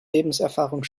lebenserfahrung